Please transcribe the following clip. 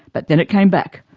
but then it came back,